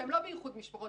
שהם לא באיחוד משפחות,